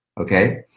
okay